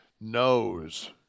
knows